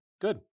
good